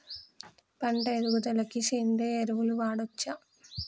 పంట ఎదుగుదలకి సేంద్రీయ ఎరువులు వాడచ్చా?